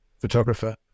photographer